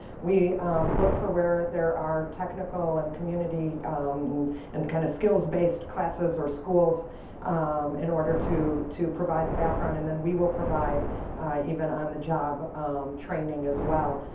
we look for where there are technical and community and kind of skills-based classes or schools in order to to provide the background and then we will provide even on the job training as well.